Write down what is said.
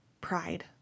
Pride